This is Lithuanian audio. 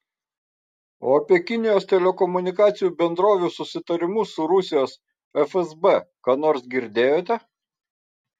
o apie kinijos telekomunikacijų bendrovių susitarimus su rusijos fsb ką nors girdėjote